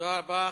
תודה רבה.